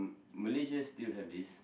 M~ Malaysia still have this